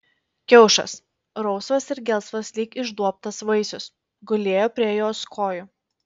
kiaušas rausvas ir gelsvas lyg išduobtas vaisius gulėjo prie jos kojų